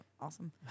awesome